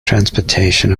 transportation